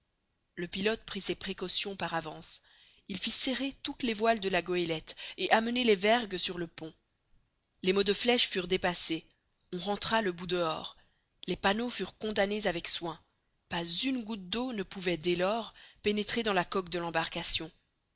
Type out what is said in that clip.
le pilote prit ses précautions par avance il fit serrer toutes les voiles de la goélette et amener les vergues sur le pont les mots de flèche furent dépassés on rentra le bout dehors les panneaux furent condamnés avec soin pas une goutte d'eau ne pouvait dès lors pénétrer dans la coque de l'embarcation